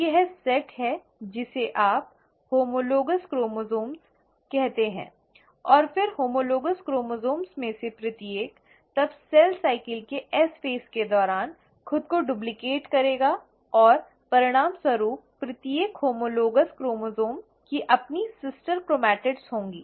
तो यह सेट है जिसे आप होमोलोगॅस क्रोमोसोम् कहते हैं और फिर होमोलोगॅस क्रोमोसोम् में से प्रत्येक तब सेल चक्र के एस चरण के दौरान खुद को डुप्लिकेट करेगा और परिणामस्वरूप प्रत्येक होमोलोगॅस क्रोमोसोम् की अपनी सिस्टर क्रोमैटिडस होगी